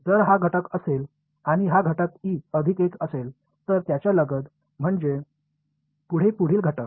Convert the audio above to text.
जर हा घटक असेल आणि हा घटक e अधिक 1 असेल तर त्याच्या लगद म्हणजे पुढे पुढील घटक